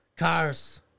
Cars